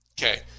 Okay